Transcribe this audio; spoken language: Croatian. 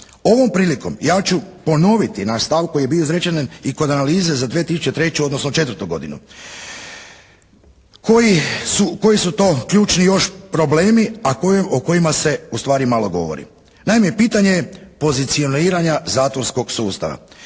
Ovom prilikom ja ću ponoviti naš stav koji je bio izrečen i kod analize za 2003. odnosno 2004. godinu koji su to ključni još problemi, a kojima se ustvari malo govori. Naime pitanje je pozicioniranja zatvorskog sustav.